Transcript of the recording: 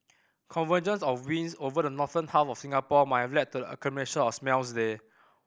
convergence of winds over the northern half of Singapore might have led to the accumulation of smells there